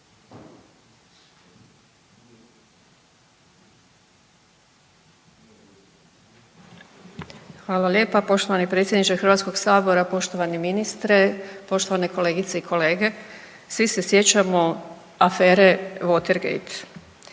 Hvala lijepa poštovani predsjedniče HS, poštovani ministre, poštovane kolegice i kolege. Svi se sjećamo afere Watergate,